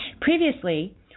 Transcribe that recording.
Previously